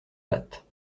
pâtes